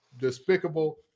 Despicable